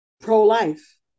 pro-life